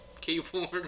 keyboard